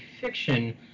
fiction